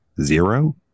Zero